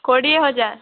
କୋଡ଼ିଏ ହଜାର